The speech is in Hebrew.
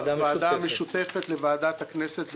ועדה משותפת לוועדת הכנסת,